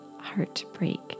heartbreak